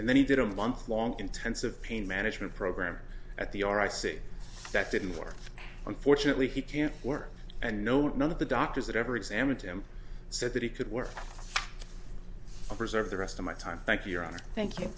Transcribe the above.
and then he did a month long intensive pain management program at the r i see that didn't work unfortunately he can't work and no none of the doctors that ever examined him said that he could work reserve the rest of my time thank you